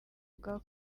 bwa